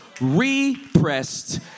repressed